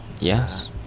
Yes